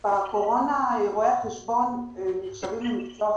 בקורונה, רואי החשבון נחשבים למקצוע חרום,